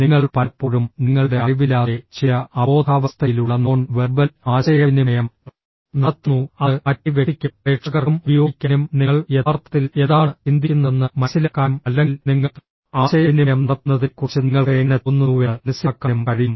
നിങ്ങൾ പലപ്പോഴും നിങ്ങളുടെ അറിവില്ലാതെ ചില അബോധാവസ്ഥയിലുള്ള നോൺ വെർബൽ ആശയവിനിമയം നടത്തുന്നു അത് മറ്റേ വ്യക്തിക്കും പ്രേക്ഷകർക്കും ഉപയോഗിക്കാനും നിങ്ങൾ യഥാർത്ഥത്തിൽ എന്താണ് ചിന്തിക്കുന്നതെന്ന് മനസിലാക്കാനും അല്ലെങ്കിൽ നിങ്ങൾ ആശയവിനിമയം നടത്തുന്നതിനെക്കുറിച്ച് നിങ്ങൾക്ക് എങ്ങനെ തോന്നുന്നുവെന്ന് മനസിലാക്കാനും കഴിയും